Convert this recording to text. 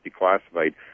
declassified